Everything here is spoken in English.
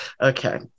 Okay